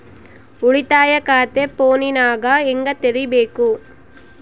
ಉಳಿತಾಯ ಖಾತೆ ಫೋನಿನಾಗ ಹೆಂಗ ತೆರಿಬೇಕು?